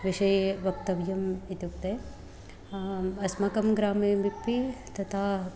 विषये वक्तव्यम् इत्युक्ते अस्माकं ग्रामेपि तथा